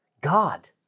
God